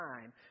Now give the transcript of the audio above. time